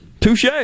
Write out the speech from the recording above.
Touche